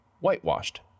Whitewashed